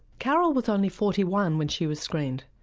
carole was only forty one when she was screened.